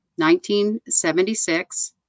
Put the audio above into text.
1976